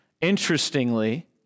Interestingly